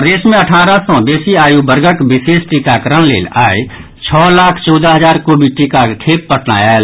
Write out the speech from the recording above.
प्रदेश मे अठारह सॅ बेसी आयु वर्गक विशेष टीकाकरण लेल आई छओ लाख चौदह हजार कोविड टीकाक खेप पटना आयल